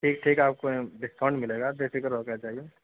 ٹھیک ٹھیک آپ کو ڈسکاؤنٹ ملے گا بے فکر ہو کے آ جائیے